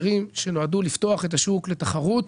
שנועדו לפתוח את השוק לתחרות,